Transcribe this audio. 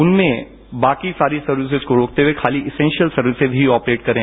उनमें बाकी सारी सर्विसेज को रोकते हुए खाली एसेंसियल सर्विसेज भी ऑपरेट करें